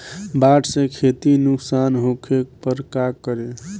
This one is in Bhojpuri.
बाढ़ से खेती नुकसान होखे पर का करे?